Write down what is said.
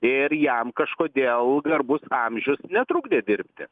ir jam kažkodėl garbus amžius netrukdė dirbti